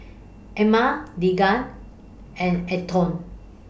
Emma Deegan and Antone